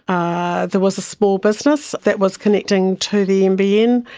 ah there was a small business that was connecting to the nbn.